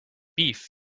beef